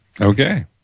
Okay